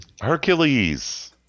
Hercules